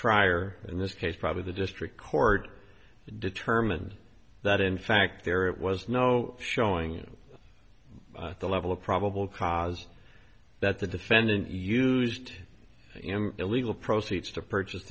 trier in this case probably the district court determined that in fact there was no showing the level of probable cause that the defendant used illegal proceeds to purchase